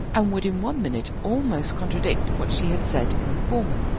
and would in one minute almost contradict what she had said in the former.